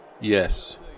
Yes